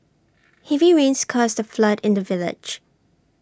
heavy rains caused A flood in the village